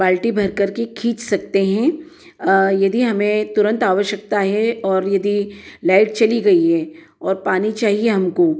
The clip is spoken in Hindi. बाल्टी भरकर के खींच सकते हैं यदि हमें तुरंत आवश्यकता है और यदि लाइट चली गई है और पानी चाहिए हमको